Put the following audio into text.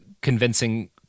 convincing